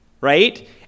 right